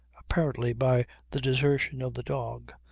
apparently by the desertion of the dog.